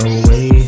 away